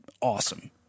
awesome